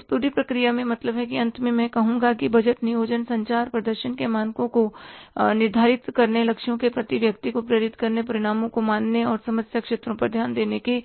तो इस पूरी प्रक्रिया में मतलब कि अंत में मैं कहूंगा कि बजट नियोजन संचार प्रदर्शन के मानकों को निर्धारित करने लक्ष्यों के प्रति व्यक्ति को प्रेरित करने परिणामों को मापने और समस्या क्षेत्रों पर ध्यान देने के